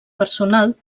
personal